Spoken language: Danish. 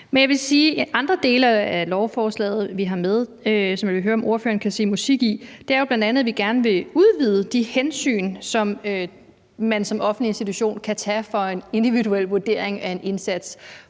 har med, og som jeg vil høre om ordføreren kan se at der er musik i, og det er jo bl.a., at vi gerne vil udvide de hensyn, som man som offentlig institution kan tage i forhold til en individuel vurdering af en indsats.